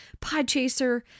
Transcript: Podchaser